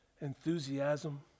enthusiasm